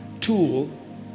tool